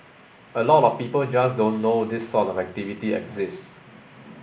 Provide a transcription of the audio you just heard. a lot of people just don't know this sort of activity exists